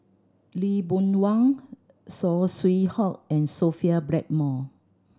Lee Boon Wang Saw Swee Hock and Sophia Blackmore